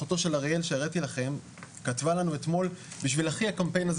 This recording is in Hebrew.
אחותו של אריאל שהראיתי לכם כתבה לנו אתמול "בשביל אחי הקמפיין הזה